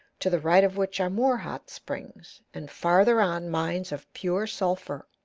to the right of which are more hot springs, and farther on mines of pure sulphur-all